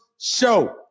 show